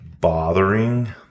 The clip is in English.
bothering